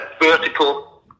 vertical